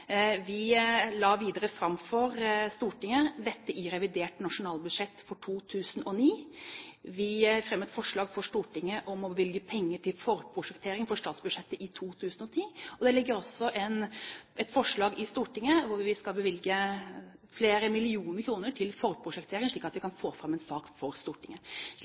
Vi la videre dette fram for Stortinget i revidert nasjonalbudsjett for 2009. Vi fremmet forslag for Stortinget om å bevilge penger til forprosjektering for statsbudsjettet i 2010, og det ligger også et forslag i Stortinget om å bevilge flere millioner kroner til forprosjektering, slik at vi kan få fram en sak for Stortinget. Denne saken har vært varslet Stortinget ved flere anledninger. Er det slik